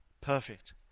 perfect